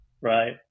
right